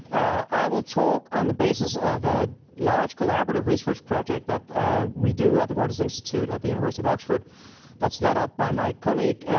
i will talk on the basis of a large collaborative research project that we do at the reuters institute at the university of oxford that's led up by my colleague,